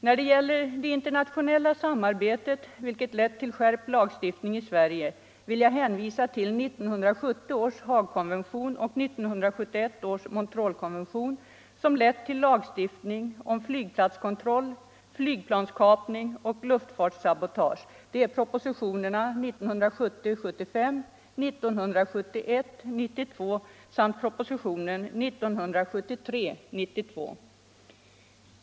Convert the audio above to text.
När det gäller internationellt samarbete som föranlett skärpt lagstiftning i Sverige vill jag hänvisa till 1970 års Haagkonvention och 1971 års Montrealkonvention, som lett till lagstiftning om flygplatskontroll, flygplanskapning och luftfartssabotage enligt propositionerna 1970:75, 1971:92 och 1973:92.